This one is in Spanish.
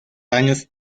años